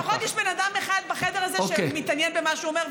לפחות יש בן אדם בחדר הזה שמתעניין במה שהוא אומר,